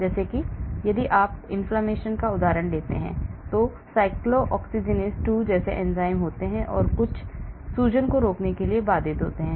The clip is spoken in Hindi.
उदाहरण के लिए यदि आप सूजन का उदाहरण लेते हैं तो cyclooxygenase 2जैसे एंजाइम होते हैं जो कुछ सूजन को रोकने के लिए बाधित होते हैं